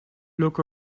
look